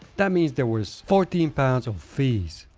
that means there was fourteen pounds on fees.